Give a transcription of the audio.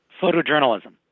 photojournalism